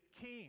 king